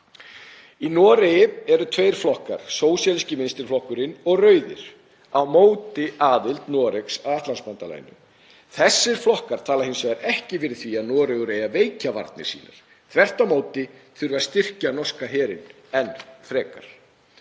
Í Noregi eru tveir flokkar, Sósíalíski vinstriflokkurinn og Rauðir, á móti aðild Noregs að Atlantshafsbandalaginu. Þessir flokkar tala hins vegar ekki fyrir því að Noregur eigi að veikja varnir sínar, þvert á móti þurfi að styrkja norska herinn enn frekar.